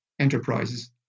enterprises